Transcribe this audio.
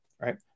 right